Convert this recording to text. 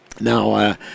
Now